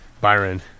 Byron